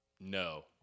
No